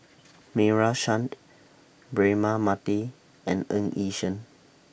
Meira Chand Braema Mathi and Ng Yi Sheng